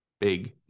big